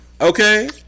Okay